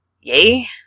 yay